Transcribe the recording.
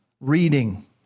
reading